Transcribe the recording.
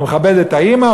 הוא מכבד את האימא,